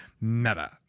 Meta